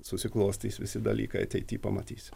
susiklostys visi dalykai ateity pamatysim